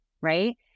Right